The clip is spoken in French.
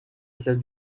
atlas